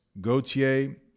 Gautier